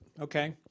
Okay